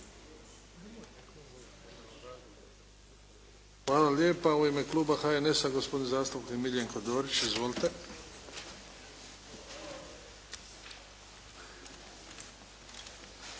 Hvala lijepa. U ime kluba HNS-a, gospodin zastupnik Miljenko Dorić. Izvolite.